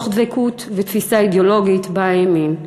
מתוך דבקות ותפיסה אידיאולוגית שבה האמין.